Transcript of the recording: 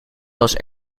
was